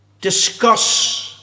discuss